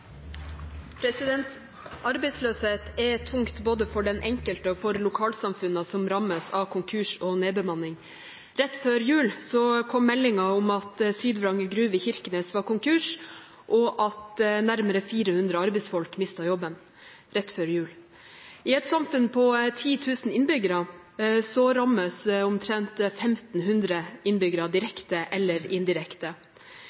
tungt både for den enkelte og for lokalsamfunnene som rammes av konkurs og nedbemanning. Rett før jul kom meldingen om at Sydvaranger Gruve i Kirkenes var konkurs, og at nærmere 400 arbeidsfolk mistet jobben. I et samfunn på 10 000 innbyggere rammes omtrent 1 500 innbyggere direkte